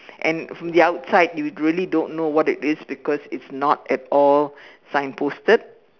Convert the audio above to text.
and from the outside you really don't know what it is because it's not at all signposted